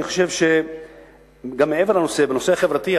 אני חושב שבנושא החברתי,